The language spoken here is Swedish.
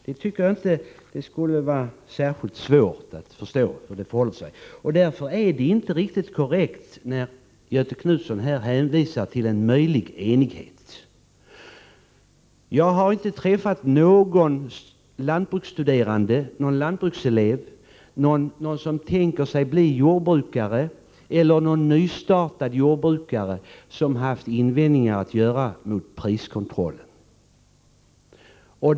Jag tycker inte det skulle vara särskilt svårt att förstå hur det förhåller sig. Därför är det inte riktigt korrekt när Göthe Knutson hänvisar till en möjlig enighet. Jag har inte träffat någon lantbruksstuderande, någon lantbrukselev, någon som tänker sig att bli jordbrukare eller någon nystartad jordbrukare som har haft invändningar att göra mot priskontrollen.